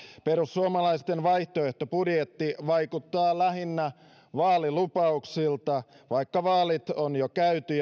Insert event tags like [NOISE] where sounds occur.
perussuomalaisten vaihtoehtobudjetti vaikuttaa lähinnä vaalilupauksilta vaikka vaalit on jo käyty [UNINTELLIGIBLE]